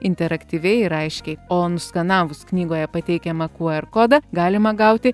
interaktyviai ir aiškiai o nuskanavus knygoje pateikiamą qr kodą galima gauti